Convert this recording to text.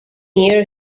year